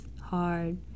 hard